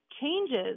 changes